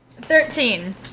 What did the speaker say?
Thirteen